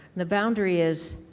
the boundary is